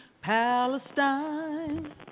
Palestine